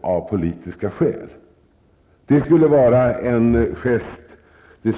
av politiska skäl sitter i läger eller i fängelser.